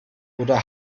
oder